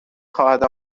خواهد